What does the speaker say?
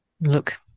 Look